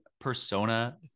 Persona